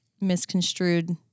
misconstrued